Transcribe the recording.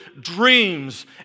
dreams